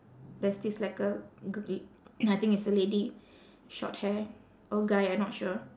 there's this like a g~ I think it's a lady short hair or guy I'm not sure